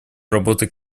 работы